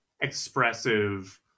expressive